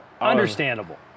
Understandable